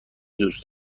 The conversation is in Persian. دوست